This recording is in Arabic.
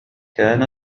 كان